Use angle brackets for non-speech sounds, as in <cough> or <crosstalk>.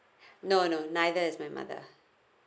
<breath> no no neither is my mother